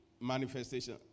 manifestation